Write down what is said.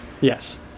yes